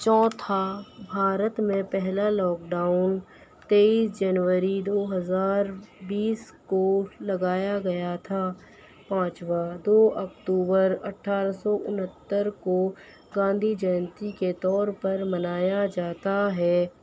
چوتھا بھارت میں پہلا لاک ڈاؤن تیئیس جنوری دو ہزار بیس کو لگایا گیا تھا پانچواں دو اکتوبر اٹھارہ سو انہتر کو گاندھی جینتی کے طور پر منایا جاتا ہے